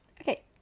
Okay